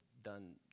done